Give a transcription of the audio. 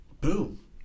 boom